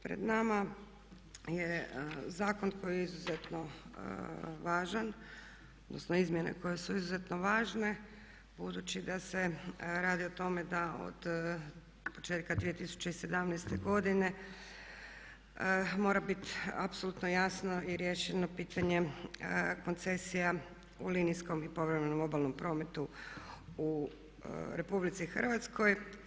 Pred nama je zakon koji je izuzetno važan, odnosno izmjene koje su izmjeno važne, budući da se radi o tome da od početka 2017. godine mora biti apsolutno jasno i riješeno pitanje koncesija u linijskom i povremenom obalnom prometu u RH.